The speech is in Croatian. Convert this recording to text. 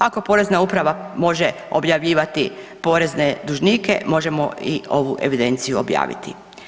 Ako Porezna uprava može objavljivati porezne dužnike možemo i ovu evidenciju objaviti.